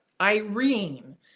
Irene